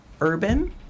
urban